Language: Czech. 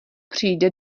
přijde